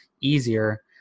easier